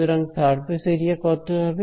সুতরাং surface area কত হবে